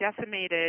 decimated